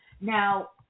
now